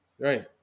Right